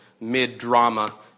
mid-drama